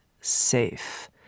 safe